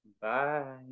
Bye